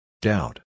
Doubt